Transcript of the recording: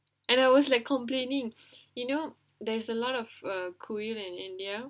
and I was like complaining you know there's a lot of uh kuwait and india